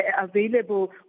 available